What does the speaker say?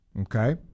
okay